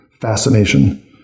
fascination